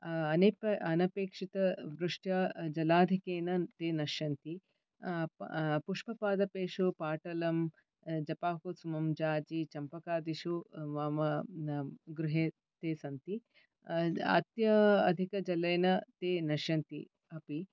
अनेप अनपेक्षितवृष्ट्या जलाधिकेन ते नश्यन्ति पुष्पपादपेषु पाटलं जपाकुसुमं जाजि चम्पकादिषु मम गृहे ते सन्ति अत्या अधिकजलेन ते नश्यन्ति अपि